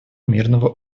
мирного